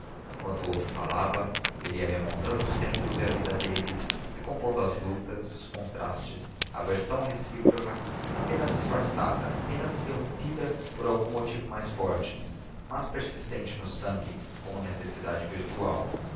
enquanto o outro falava ele ia remontando os tempos e a vida deles recompondo as lutas os contrastes a aversão recíproca apenas disfarçada apenas interrompida por algum motivo mais forte mas persistente no sangue como necessidade virtual